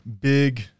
big